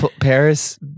Paris